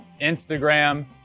Instagram